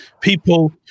people